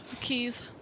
keys